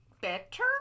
better